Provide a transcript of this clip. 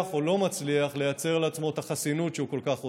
או לא מצליח לייצר לעצמו את החסינות שהוא כל כך רוצה.